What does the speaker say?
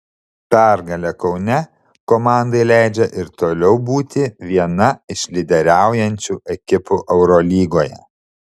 pergalė kaune komandai leidžia ir toliau būti viena iš lyderiaujančių ekipų eurolygoje